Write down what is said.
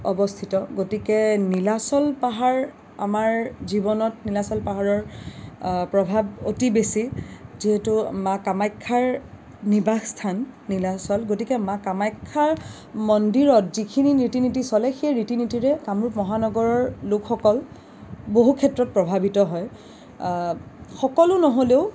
অৱস্থিত গতিকে নীলাচল পাহাৰ আমাৰ জীৱনত নীলাচল পাহাৰৰ প্ৰভাৱ অতি বেছি যিহেতু মা কামাখ্যাৰ নিবাস স্থান নীলাচল গতিকে মা কামাখ্যাৰ মন্দিৰত যিখিনি ৰীতি নীতি চলে সেই ৰীতি নীতিৰে কামৰূপ মহানগৰৰ লোকসকল বহু ক্ষেত্ৰত প্ৰভাৱিত হয় সকলো নহ'লেও